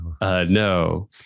No